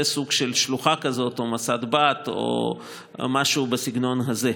סוג של שלוחה כזאת או מוסד-בת או משהו בסגנון הזה.